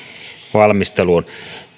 valmisteluun